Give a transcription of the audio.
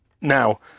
now